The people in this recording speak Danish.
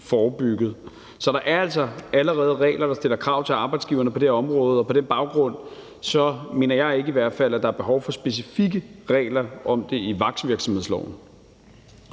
forebygget. Så der er altså allerede regler, der stiller krav til arbejdsgiverne, på det område. Og på den baggrund mener jeg i hvert fald ikke, at der er behov for specifikke regler om det i vagtvirksomhedsloven.